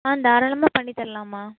ஆ தாராளமாக பண்ணி தரலாம்மா